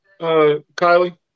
Kylie